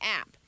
app